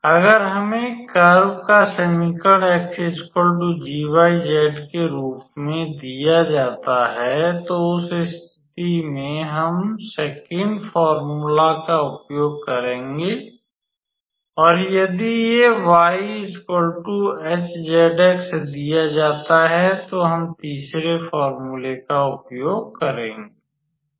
अगर हमें कर्व का समीकरण 𝑥 𝑔𝑦 𝑧 के रूप में दिया जाता है तो उस स्थिति में हम सेकंड फोर्मूले का उपयोग करेंगे और यदि ये 𝑦 ℎ 𝑧 𝑥 दिया जाता है तो हम तीसरे फोर्मूले का उपयोग करते हैं